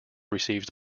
received